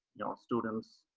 know, students,